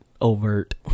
overt